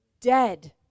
dead